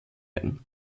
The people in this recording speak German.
werden